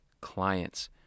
clients